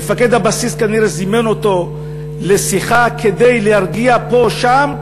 מפקד הבסיס כנראה זימן אותו לשיחה כדי להרגיע פה שם,